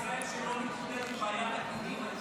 יש מישהו בישראל שלא מתמודד עם בעיית הכינים?